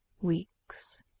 weeks